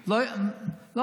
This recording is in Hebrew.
למנדלבליט, לא, תעזוב.